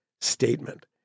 statement